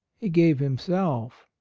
he gave himself.